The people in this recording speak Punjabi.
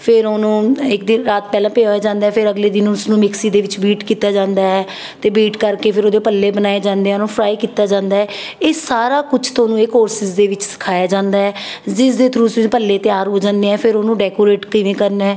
ਫਿਰ ਉਹਨੂੰ ਇੱਕ ਦਿਨ ਰਾਤ ਪਹਿਲਾਂ ਭਿਓਂਇਆ ਜਾਂਦਾ ਫਿਰ ਅਗਲੇ ਦਿਨ ਉਸਨੂੰ ਮਿਕਸੀ ਦੇ ਵਿੱਚ ਵੀਟ ਕੀਤਾ ਜਾਂਦਾ ਹੈ ਅਤੇ ਬੀਟ ਕਰਕੇ ਫਿਰ ਉਹਦੇ ਉਹ ਭੱਲੇ ਬਣਾਏ ਜਾਂਦੇ ਹਨ ਉਹਨੂੰ ਫਰਾਈ ਕੀਤਾ ਜਾਂਦਾ ਇਹ ਸਾਰਾ ਕੁਛ ਤੁਹਾਨੂੰ ਇਹ ਕੋਰਸਿਸ ਦੇ ਵਿੱਚ ਸਿਖਾਇਆ ਜਾਂਦਾ ਹੈ ਜਿਸ ਦੇ ਥਰੂ ਉਸ ਵਿੱਚ ਭੱਲੇ ਤਿਆਰ ਹੋ ਜਾਂਦੇ ਹੈ ਫਿਰ ਉਹਨੂੰ ਡੈਕੋਰੇਟ ਕਿਵੇਂ ਕਰਨਾ ਹੈ